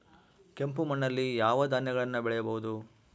ಕೆಂಪು ಮಣ್ಣಲ್ಲಿ ಯಾವ ಧಾನ್ಯಗಳನ್ನು ಬೆಳೆಯಬಹುದು?